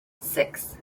six